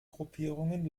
gruppierungen